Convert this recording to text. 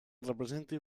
representin